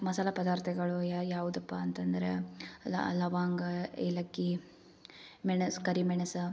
ಮಸಾಲ ಪದಾರ್ಥಗಳು ಯಾವು ಯಾವ್ದಪ್ಪ ಅಂತಂದ್ರೆ ಲವಂಗ ಏಲಕ್ಕಿ ಮೆಣಸು ಕರಿ ಮೆಣಸು